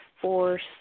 force